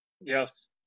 yes